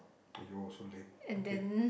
!aiyo! so lame okay